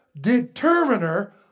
determiner